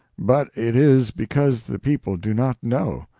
but it is because the people do not know.